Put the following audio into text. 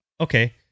Okay